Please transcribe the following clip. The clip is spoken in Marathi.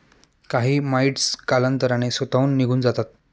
काही माइटस कालांतराने स्वतःहून निघून जातात